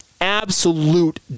absolute